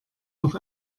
noch